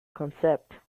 concept